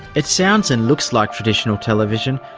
it sounds and looks like traditional television,